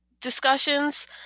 discussions